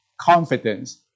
confidence